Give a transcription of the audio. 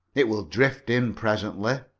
it will drift in presently.